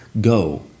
Go